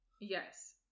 Yes